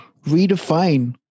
redefine